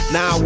Now